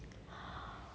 ha